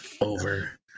Over